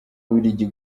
bubiligi